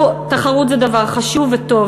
תחרות זה דבר חשוב וטוב,